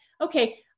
okay